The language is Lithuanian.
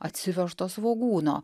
atsivežto svogūno